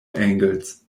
angles